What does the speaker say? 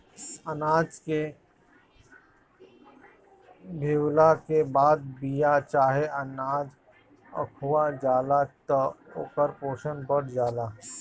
अनाज के भेवला के बाद बिया चाहे अनाज अखुआ जाला त ओकर पोषण बढ़ जाला